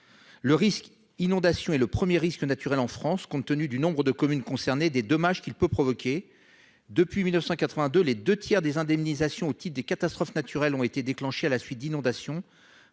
Le risque inondation est le premier risque naturel auquel la France est exposée, compte tenu du nombre de communes concernées et des dommages qu'il peut provoquer. Depuis 1982, les deux tiers des indemnisations au titre des catastrophes naturelles ont été déclenchées à la suite d'inondations,